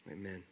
amen